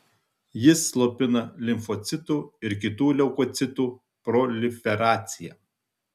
jis slopina limfocitų ir kitų leukocitų proliferaciją